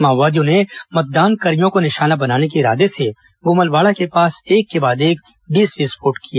माओवादियों ने मतदानकर्भियों को निशाना बनाने के इरादे से गुमलवाड़ा के पास एक के बाद एक बीस विस्फोट किए